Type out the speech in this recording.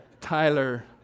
Tyler